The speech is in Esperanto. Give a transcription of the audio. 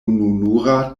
ununura